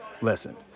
listen